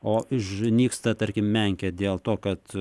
o išnyksta tarkim menkė dėl to kad